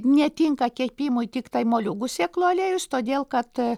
netinka kepimui tiktai moliūgų sėklų aliejus todėl kad